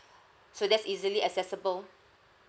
so that's easily accessible